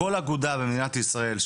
כל אגודה במדינת ישראל,